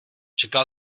čekal